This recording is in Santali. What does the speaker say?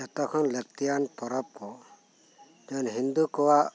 ᱡᱚᱛᱚ ᱠᱷᱚᱱ ᱞᱟᱹᱠᱛᱤᱭᱟᱱ ᱯᱚᱨᱚᱵ ᱠᱩ ᱡᱮᱢᱚᱱ ᱦᱤᱱᱫᱩ ᱠᱚᱣᱟᱜ